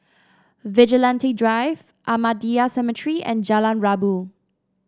Vigilante Drive Ahmadiyya Cemetery and Jalan Rabu